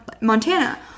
Montana